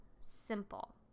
simple